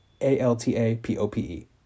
A-L-T-A-P-O-P-E